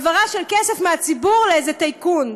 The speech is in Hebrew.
העברה של כסף מהציבור לאיזה טייקון.